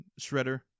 Shredder